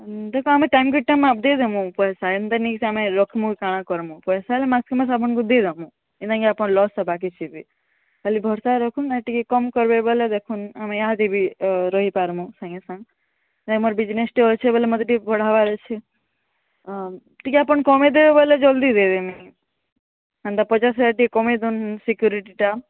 ଦେଖ ଆମେ time to time ଆପ୍ ଦେଇଦେମୁ ପଏସା ଏନ୍ତା ନିଁସେ ଆମେ ରଖମୁ କାଣା କରମୁ ପଏସାରେ ମାସକେ ମାସ୍ ଆପଣକୁଁ ଦେଇଦେମୁଁ ଏନ୍ତା କି ଆପଣ ଲସ୍ ହେବାକେ ଯିବେ ଖାଲି ଭରସା ରଖୁନ୍ ଆର୍ ଟିକେ କମ୍ କରବେ ବଲେ ଟିକେ ଦେଖୁନ୍ ଆମେ ଇହାଦେ ବି ରହି ପାରମୁ ସାଙ୍ଗେସାଙ୍ଗ୍ ନାଇଁ ମୋର୍ ବିଜନେସ୍ଟେ ଅଛେ ବଲେ ମୋତେ ଟିକେ ବଢ଼ବାର୍ ଅଛେ ଟିକେ ଆପଣ କମେଇଦେବେ ବଲେ ଜଲଦି ଦେଇଦେମି ହେନ୍ତା ପଚାଶ୍ ହଜାର୍ ଟିକେ କମେଇଦେଉନ୍ ସିକ୍ୟୁରିଟିଟା